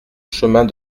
chemin